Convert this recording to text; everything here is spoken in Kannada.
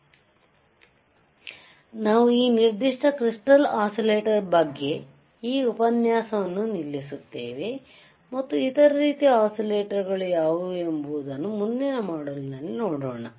ಆದ್ದರಿಂದ ನಾವು ಈ ನಿರ್ದಿಷ್ಟ ಕ್ರಿಸ್ಟಾಲ್ ಒಸಿಲೆಟರ್ ಬಗ್ಗೆ ಈ ಉಪನ್ಯಾಸವನ್ನು ನಿಲ್ಲಿಸುತ್ತೇವೆ ಮತ್ತು ಇತರ ರೀತಿಯ ಒಸಿಲೆಟರ್ ಗಳು ಯಾವುವು ಎಂಬುದನ್ನು ಮುಂದಿನ ಮಾಡ್ಯೂಲ್ ನಲ್ಲಿ ನೋಡೋಣ